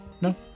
No